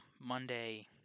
Monday